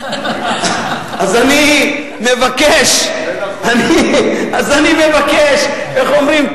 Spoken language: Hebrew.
אז אני מבקש, איך אומרים?